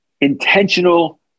intentional